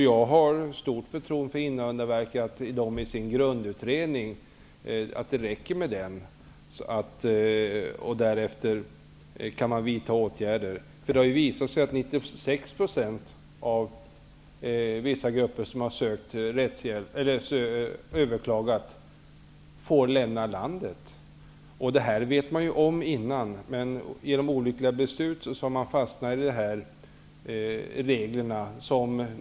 Jag har stort förtroende för Invandrarverket och tror att det räcker med dess grundutredning. Men sedan kan åtgärder vidtas. Det har ju visat sig att 96 % av vissa grupper som har överklagat får lämna landet. Detta har varit bekant. Men genom olyckliga beslut har man fastnat i reglerna.